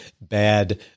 bad